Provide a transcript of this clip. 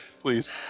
Please